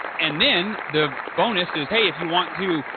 and then the bonus is hey if you want to,